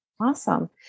Awesome